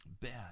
bad